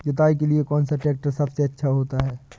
जुताई के लिए कौन सा ट्रैक्टर सबसे अच्छा होता है?